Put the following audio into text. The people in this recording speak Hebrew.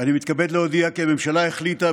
אני מתכבד להודיע כי הממשלה החליטה,